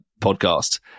podcast